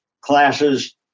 classes